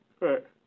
Right